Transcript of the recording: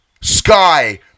Sky